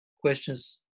questions